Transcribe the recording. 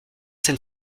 seine